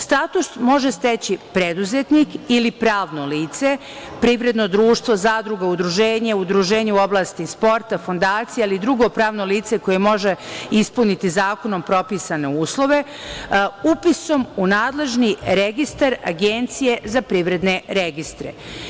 Status može steći preduzetnik ili pravno lice, privredno društvo, zadruga, udruženje, udruženje u oblasti sporta, fondacija, ali i drugo pravno lice koje može ispuniti zakonom propisane uslove upisom u nadležni registar Agencije za privredne registre.